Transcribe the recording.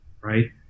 right